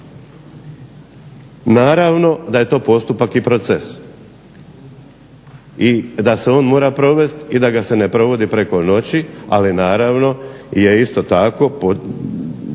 Naravno da je to postupak i proces. I da se on mora provesti i da ga se ne provodi preko noći i naravno da je proračunska